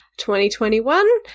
2021